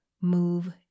move